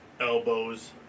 elbows